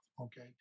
Okay